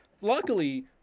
Luckily